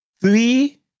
three